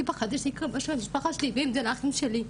כי פחדתי מהמשפחה שלי ומהאחים שלי,